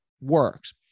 works